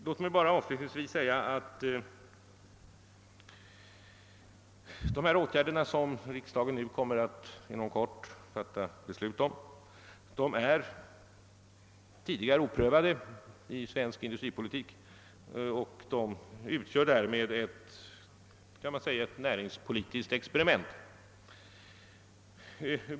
Låt mig avslutningsvis bara säga att de åtgärder som riksdagen inom kort kommer att fatta beslut om är oprövade tidigare i svensk industripolitik. Man kan därmed säga att de utgör ett näringspolitiskt experiment.